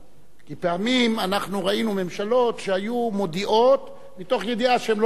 כי פעמים אנחנו ראינו ממשלות שהיו מודיעות מתוך ידיעה שהן לא יקיימו.